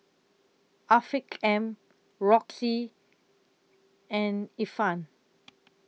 Afiq M Roxy and Ifan